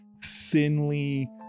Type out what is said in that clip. thinly